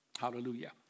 hallelujah